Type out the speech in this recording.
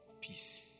Peace